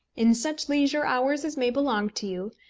in such leisure hours as may belong to you,